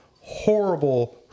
horrible